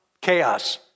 chaos